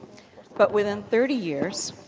but within thirty years,